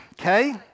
okay